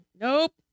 Nope